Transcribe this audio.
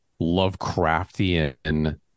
Lovecraftian